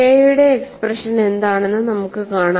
K യുടെ expression എന്താണെന്ന് നമുക്ക് കാണാം